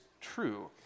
true